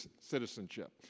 citizenship